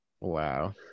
wow